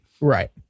Right